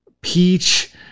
peach